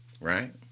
right